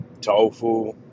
tofu